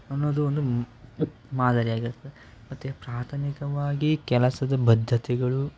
ಅನ್ನೋದು ಒಂದು ಮಾದರಿಯಾಗಿರುತ್ತದೆ ಮತ್ತು ಪ್ರಾಥಮಿಕವಾಗಿ ಕೆಲಸದ ಬದ್ಧತೆಗಳು